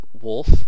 wolf